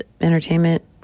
entertainment